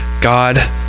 God